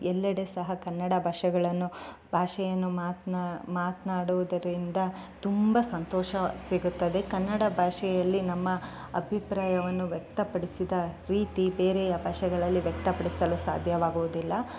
ಎಲ್ಲೆಡೆ ಸಹ ಕನ್ನಡ ಭಾಷೆಗಳನ್ನು ಭಾಷೆಯನ್ನು ಮಾತು ಮಾತನಾಡುವುದರಿಂದ ತುಂಬ ಸಂತೋಷ ಸಿಗುತ್ತದೆ ಕನ್ನಡ ಭಾಷೆಯಲ್ಲಿ ನಮ್ಮ ಅಭಿಪ್ರಾಯವನ್ನು ವ್ಯಕ್ತಪಡಿಸಿದ ರೀತಿ ಬೇರೆಯ ಭಾಷೆಗಳಲ್ಲಿ ವ್ಯಕ್ತ ಪಡಿಸಲು ಸಾಧ್ಯವಾಗುವುದಿಲ್ಲ